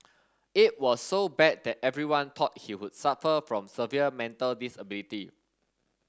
it was so bad that everyone thought he would suffer from severe mental disability